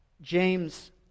James